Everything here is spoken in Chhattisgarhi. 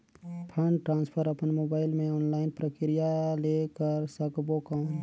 फंड ट्रांसफर अपन मोबाइल मे ऑनलाइन प्रक्रिया ले कर सकबो कौन?